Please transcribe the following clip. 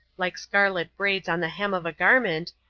like scarlet braids on the hem of a garment,